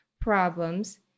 problems